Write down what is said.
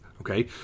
okay